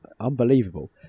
unbelievable